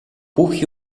бүх